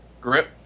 grip